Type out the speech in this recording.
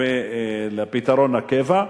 ולפתרון הקבע,